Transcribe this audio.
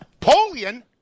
Polian